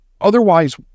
otherwise